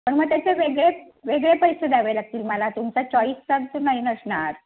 पण मग त्याचे वेगळे वेगळे पैसे द्यावे लागतील मला तुमचा चॉइसचा तर नाही नसणार